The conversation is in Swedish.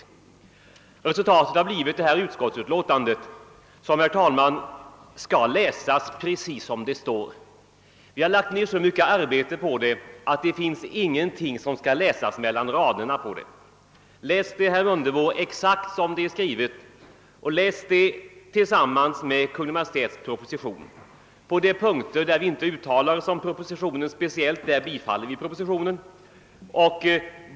Resultatet har blivit detta utskottsutlåtande. Det skall, herr talman, läsas precis som det står. Vi har lagt ned så mycket arbete på utlåtandet, att det inte finns någonting som skall läsas mellan raderna. Jag tycker att herr Mundebo bör läsa utlåtandet exakt som det är skrivet och jämföra med Kungl. Maj:ts proposition. På de punkter där vi inte speciellt uttalar oss om propositionen tillstyrker vi regeringens förslag.